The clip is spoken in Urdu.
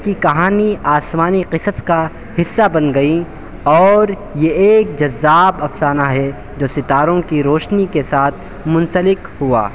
کی کہانی آسمانی قصص کا حصّہ بن گئیں اور یہ ایک جذاب افسانہ ہے جو ستاروں کی روشنی کے ساتھ منسلک ہوا